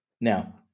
Now